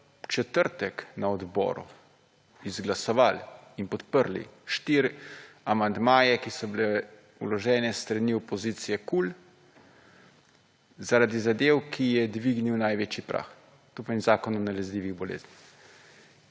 v četrtek na odboru izglasovali in podprli štiri amandmaje, ki so bili vloženi s strani opozicije KUL zaradi zadev, ki je dvignil največji prag, to pomeni, Zakon o nalezljivih bolezni.